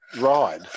ride